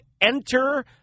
enter